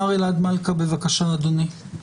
מר אלעד מלכא, בבקשה אדוני.